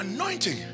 Anointing